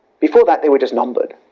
before that they were just numbered.